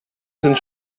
sind